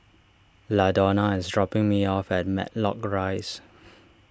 Ladonna is dropping me off at Matlock Rise